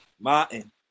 Martin